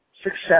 success